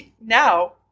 now